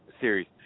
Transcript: series